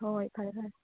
ꯍꯣꯏ ꯍꯣꯏ ꯐꯔꯦ ꯐꯔꯦ